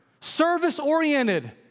service-oriented